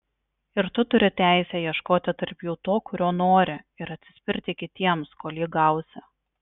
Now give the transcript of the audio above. ir tu turi teisę ieškoti tarp jų to kurio nori ir atsispirti kitiems kol jį gausi